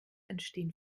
entstehen